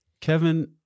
Kevin